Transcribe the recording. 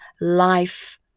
life